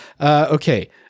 okay